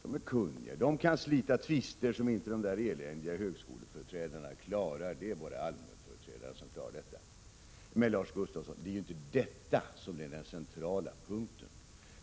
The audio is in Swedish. De är kunniga — de kan slita tvister som de där eländiga högskoleföreträdarna inte klarar. Det är bara allmänföreträdarna som klarar detta. Men, Lars Gustafsson, det är inte detta som är den centrala punkten.